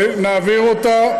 ונעביר אותה.